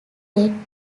yet